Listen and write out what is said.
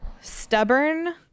stubborn